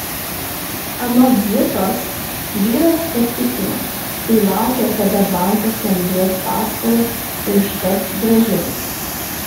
anot zitos vyras patikino kai laukia kada bankas jam duos paskolą ir iškart grąžins